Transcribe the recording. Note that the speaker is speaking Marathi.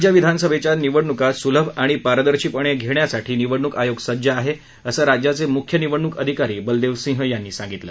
राज्य विधानसभेच्या निवडणुका सुलभ आणि पारदर्शीपणे घेण्यासाठी निवडणुक आयोग सज्ज आहे असं राज्याचे मुख्य निवडणुक अधिकारी बलदेव सिंह यांनी सांगितलं